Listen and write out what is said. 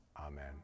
Amen